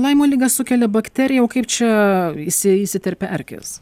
laimo ligą sukelia bakterija o kaip čia įsi įsiterpia erkės